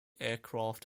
aircraft